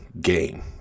game